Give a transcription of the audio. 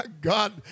God